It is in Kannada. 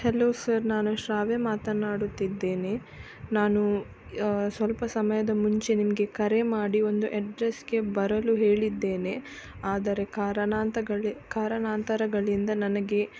ಹಲೋ ಸರ್ ನಾನು ಶ್ರಾವ್ಯ ಮಾತನಾಡುತ್ತಿದ್ದೇನೆ ನಾನು ಸ್ವಲ್ಪ ಸಮಯದ ಮುಂಚೆ ನಿಮಗೆ ಕರೆ ಮಾಡಿ ಒಂದು ಎಡ್ರಸ್ಗೆ ಬರಲು ಹೇಳಿದ್ದೇನೆ ಆದರೆ ಕಾರಣಾಂತಗಳಿ ಕಾರಣಾಂತರಗಳಿಂದ ನನಗೆ